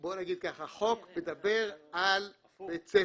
בוא נגיד ככה: החוק מדבר על בית ספר.